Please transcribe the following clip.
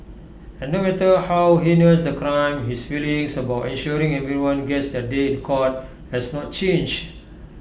and no matter how heinous the crime his feelings about ensuring everyone gets their day in court has not changed